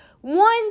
One